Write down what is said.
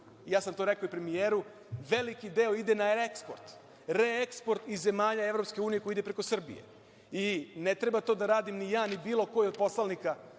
ja sam to rekao i premijeru, veliki deo ide na reeksport, reeksport iz zemalja EU koji ide preko Srbije. Ne treba to da radim ni ja ni bilo ko od poslanika,